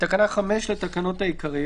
"תיקון תקנה 5 בתקנה 5 לתקנות העיקריות